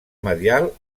medial